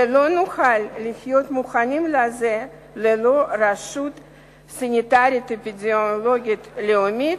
ולא נוכל להיות מוכנים לזה ללא רשות סניטרית אפידמיולוגית לאומית,